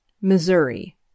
Missouri